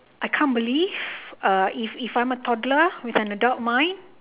I can't believe uh if if I'm a toddler with an adult mind